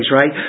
right